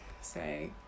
say